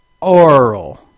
oral